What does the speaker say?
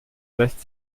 lässt